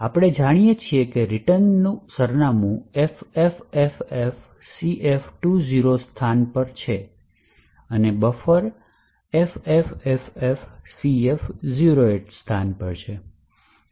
આપણે જાણીએ છીએ કે રિટર્ન સરનામું FFFFCF20 સ્થાન પર હાજર છે અને બફર આ સ્થાન FFFFCF08 પર હાજર છે